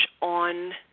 on